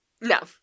No